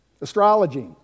astrology